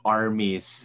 armies